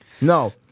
No